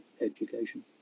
education